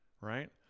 right